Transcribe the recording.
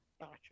Gotcha